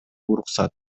уруксат